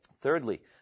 Thirdly